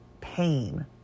pain